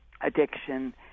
addiction